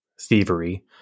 thievery